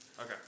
Okay